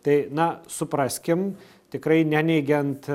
tai na supraskim tikrai neneigiant